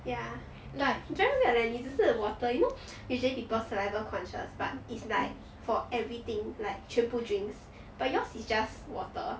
ya but very weird leh 你只是 water you know usually people saliva conscious but is like for everything like 全部 drinks but yours is just water